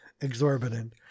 exorbitant